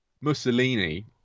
Mussolini